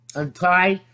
untie